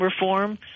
reform